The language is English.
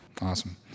Awesome